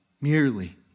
merely